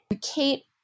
Kate